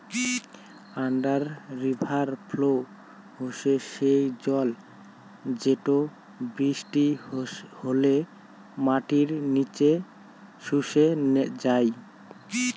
under river flow হসে সেই জল যেটো বৃষ্টি হলে মাটির নিচে শুষে যাই